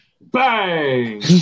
Bang